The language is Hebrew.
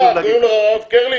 מה, קוראים לך הרב קרליץ,